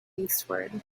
eastward